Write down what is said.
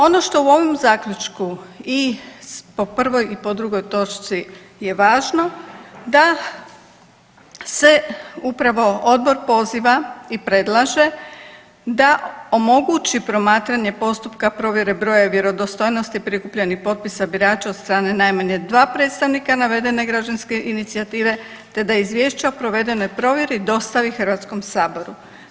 Ono što u ovom zaključku i po prvoj i po drugoj točci je važno da se upravo odbor poziva i predlaže da omogući promatranje postupka, provjere broja i vjerodostojnosti prikupljenih potpisa birača od strane najmanje dva predstavnika navedene građanske inicijative te da izvješće o provedenoj provjeri dostavi HS-u.